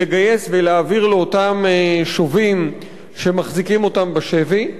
לגייס ולהעביר לאותם שובים שמחזיקים אותם בשבי,